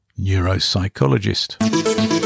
neuropsychologist